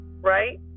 right